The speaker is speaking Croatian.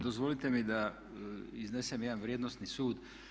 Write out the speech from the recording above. Dozvolite mi da iznesem jedan vrijednosni sud.